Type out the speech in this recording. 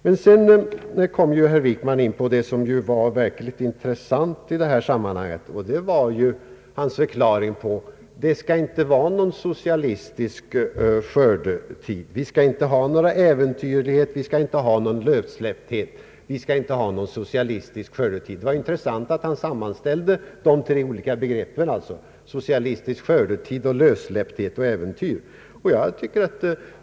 Herr Wickman kom in på det verkligt intressanta i sammanhanget, nämligen hans förklaring att det inte skall vara någon socialistisk skördetid, inga äventyrligheter och lössläppthet. Det var intressant att höra att han sammanställde dessa tre begrepp.